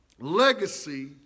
legacy